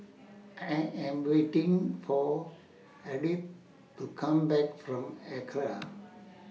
I Am waiting For Ardith to Come Back from Acra